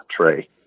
tray